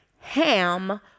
ham